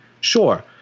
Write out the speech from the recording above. sure